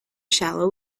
shallow